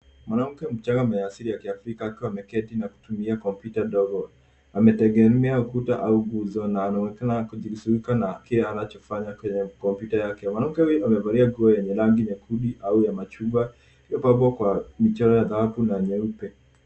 Mwanamke mchanga mwenye asili ya kiafrika akiwa ameketi na kutumia kompyuta ndogo. Ametegemea ukuta na anaonekana kushughulika ma kile anachofanya kwenye kompyuta yake. Mwanamke huyu amevalia nguo yenye rangi nyekundu au ya machungwa iliyopambwa kwa michoro ya dhahabu na nyeupe.